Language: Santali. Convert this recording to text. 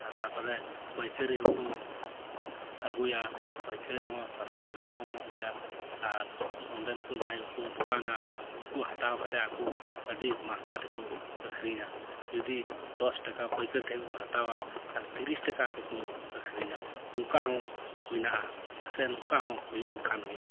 ᱛᱟᱨᱯᱚᱨᱮ ᱯᱟᱹᱭᱠᱟᱹᱨᱤ ᱦᱚᱸᱠᱚ ᱟᱹᱜᱩᱭᱟ ᱯᱟᱭᱠᱟᱹᱨᱤ ᱦᱚᱸ ᱥᱟᱥᱛᱟ ᱛᱮᱦᱚᱸ ᱮᱢᱚᱜ ᱜᱮᱭᱟ ᱟᱨ ᱱᱚᱰᱮᱱ ᱠᱚ ᱡᱟᱦᱟᱸᱭ ᱠᱚᱠᱚ ᱫᱚᱠᱟᱱᱟ ᱩᱱᱠᱩ ᱦᱟᱛᱟᱣ ᱠᱟᱛᱮ ᱟᱠᱚ ᱟᱹᱰᱤ ᱢᱟᱦᱜᱟ ᱛᱮᱠᱚ ᱟᱠᱷᱨᱤᱧᱟ ᱡᱩᱫᱤ ᱫᱚᱥ ᱴᱟᱠᱟ ᱯᱟᱹᱭᱠᱟᱹᱨ ᱴᱷᱮᱡ ᱠᱚ ᱦᱟᱛᱟᱣᱟ ᱛᱟᱦᱚᱞᱮ ᱛᱤᱨᱤᱥ ᱴᱟᱠᱟ ᱟᱠᱚ ᱠᱚ ᱟᱠᱷᱨᱤᱧᱟ ᱱᱚᱝᱠᱟ ᱦᱚᱸ ᱢᱮᱱᱟᱜᱼᱟ ᱥᱮ ᱱᱟᱝᱠᱟ ᱦᱚᱸ ᱦᱩᱭᱩᱜ ᱠᱟᱱ ᱜᱮᱭᱟ